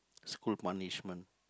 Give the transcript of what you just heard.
school punishment